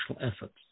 efforts